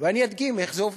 ואני אדגים איך זה עובד.